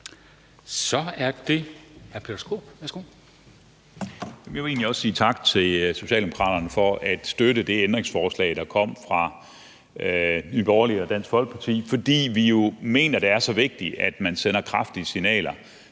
10:26 Peter Skaarup (DF): Jeg vil egentlig også sige tak til Socialdemokraterne for at støtte det ændringsforslag, der kom fra Nye Borgerlige og Dansk Folkeparti, for vi mener jo, at det er så vigtigt, at man sender kraftige signaler